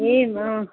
ए अँ